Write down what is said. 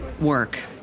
Work